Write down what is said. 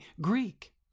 Greek